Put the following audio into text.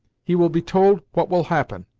he will be told what will happen.